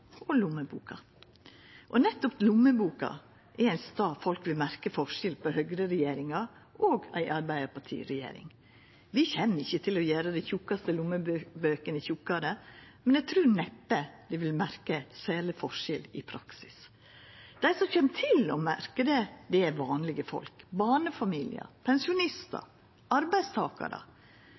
og lommeboka. Nettopp lommeboka er ein stad folk vil merkja forskjellen på høgreregjeringa og ei arbeidarpartiregjering. Vi kjem ikkje til å gjera dei tjukkaste lommebøkene tjukkare. Men eg trur neppe vi vil merkja særleg forskjell i praksis. Dei som kjem til å merkja det, er vanlege folk – barnefamiliar, pensjonistar og arbeidstakarar.